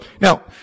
Now